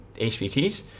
HVTs